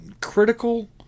critical